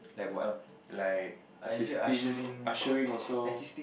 um like assisting ushering also